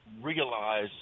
realize